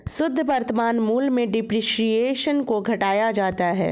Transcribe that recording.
शुद्ध वर्तमान मूल्य में डेप्रिसिएशन को घटाया जाता है